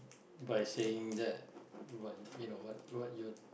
by saying that what you know what what you